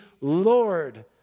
Lord